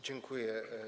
Dziękuję.